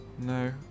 no